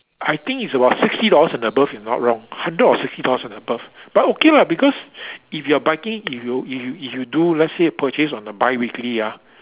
I think it's about sixty dollars and above if I'm not wrong hundred or sixty dollars and above but okay lah because if you are if you if you if you do let's say purchase on a biweekly ah